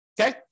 okay